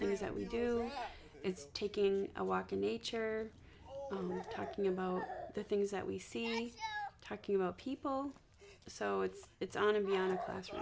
things that we do it's taking a walk in nature talking about the things that we see and talking about people so it's on to me on a classroom